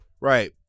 right